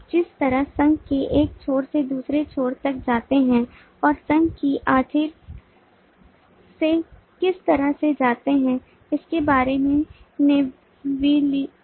आप जिस तरह संघ के एक छोर से दूसरे छोर तक जाते हैं और संघ की आेर से किस तरह से जाते हैं इसके बारे में नेवीबिलिटी